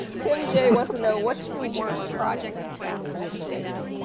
tim j. wants to know what's your worst project disaster to date?